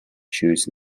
choose